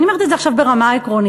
אני אומרת את זה עכשיו ברמה העקרונית,